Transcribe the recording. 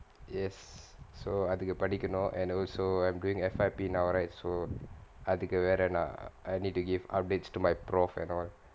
yes so அதுக்கு படிக்கனும்:athukku padikkanum and also I'm doing F_Y_P now right so அதுக்கு வேற நா:athukku vera naa I need to give updates to my professor and all